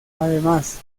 además